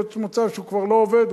יכול להיות מצב שהוא כבר לא עובד.